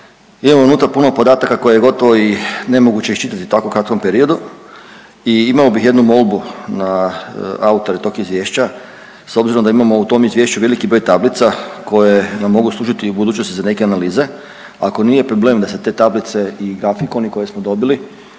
Imamo unutra puno podataka koje je gotovo i nemoguće iščitati u tako kratkom periodu i imao bih jednu molbu na autore tog izvješća s obzirom da imamo u tom izvješću veliki broj tablica koje nam mogu služiti i u budućnosti za neke analize, ako nije problem da se te tablice i grafikoni koje smo dobili